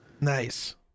nice